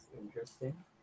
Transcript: interesting